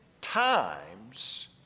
times